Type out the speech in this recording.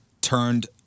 turned